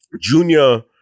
Junior